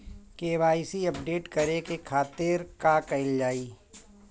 KYC update करे के खातिर का कइल जाइ?